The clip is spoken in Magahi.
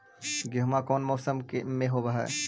गेहूमा कौन मौसम में होब है?